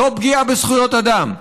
זו פגיעה בזכויות אדם.